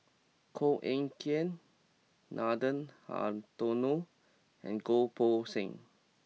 Koh Eng Kian Nathan Hartono and Goh Poh Seng